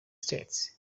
states